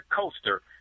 coaster